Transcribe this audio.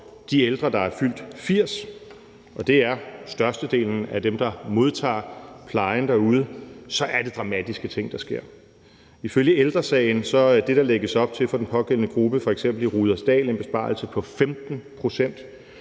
de ældre, der er fyldt 80 år, og det er størstedelen af dem, der modtager pleje derude, er det dramatiske ting, der sker. Ifølge Ældre Sagen er det, der lægges op til for den pågældende gruppe f.eks. i Rudersdal, en besparelse på 15 pct.,